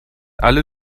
alle